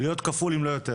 להיות כפול אם לא יותר.